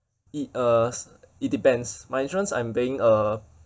it uh s~ it depends my insurance I'm paying uh